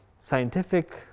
scientific